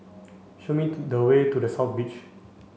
show me the way to The South Beach